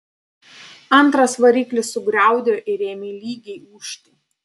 antras variklis sugriaudėjo ir ėmė lygiai ūžti